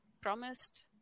promised